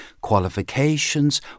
qualifications